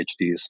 PhDs